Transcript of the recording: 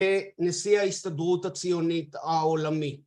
ונשיא ההסתדרות הציונית העולמי